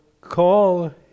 call